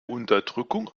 unterdrückung